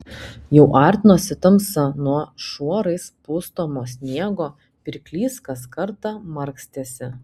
jau artinosi tamsa nuo šuorais pustomo sniego pirklys kas kartą markstėsi